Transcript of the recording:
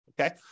okay